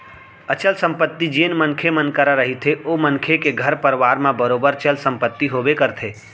अचल संपत्ति जेन मनखे मन करा रहिथे ओ मनखे के घर परवार म बरोबर चल संपत्ति होबे करथे